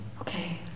Okay